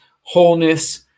wholeness